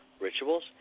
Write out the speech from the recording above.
rituals